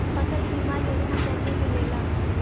फसल बीमा योजना कैसे मिलेला?